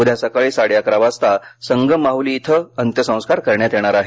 उद्या सकाळी साडेअकरा वाजता संगम माहली येथे अंत्यसंस्कार करण्यात येणार आहेत